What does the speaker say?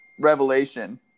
Revelation